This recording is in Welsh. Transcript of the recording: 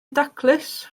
daclus